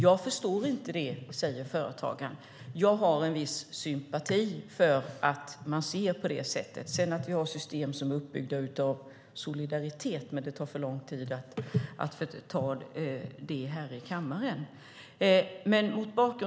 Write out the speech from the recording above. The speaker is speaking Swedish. Jag förstår inte det, säger företagaren. Jag har en viss sympati för att man ser det så. Att vi sedan har system som är uppbyggda utifrån solidaritet tar för lång tid att ta upp här i kammaren.